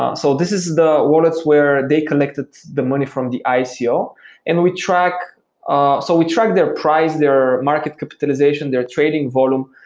ah so this is the wallets where they connected the money from the ico and we track ah so we track their price, their market capitalization, their trading volume,